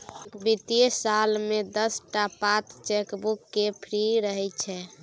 एक बित्तीय साल मे दस टा पात चेकबुक केर फ्री रहय छै